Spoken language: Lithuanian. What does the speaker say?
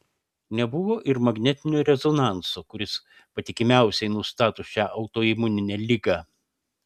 nebuvo ir magnetinio rezonanso kuris patikimiausiai nustato šią autoimuninę ligą